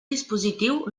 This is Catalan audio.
dispositiu